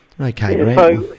Okay